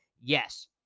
Yes